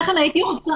תודה רבה.